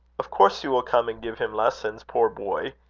of course you will come and give him lessons, poor boy.